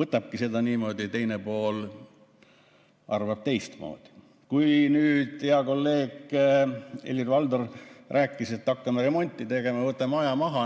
võtabki seda niimoodi, teine pool arvab teistmoodi. Hea kolleeg Helir-Valdor rääkis, et hakkame remonti tegema, võtame aja maha.